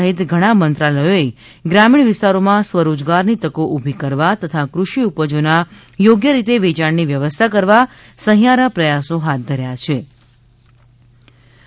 સહિત ઘણાં મંત્રાલયોએ ગ્રામીણ વિસ્તારોમાં સ્વ રોજગારની તકો ઊભી કરવા તથા કૃષિ ઉપજોના યોગ્ય રીતે વેયાણની વ્યવસ્થા કરવા સહિયારા પ્રયાસો હાથ ધર્યા છિ